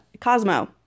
Cosmo